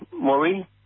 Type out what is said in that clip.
Maureen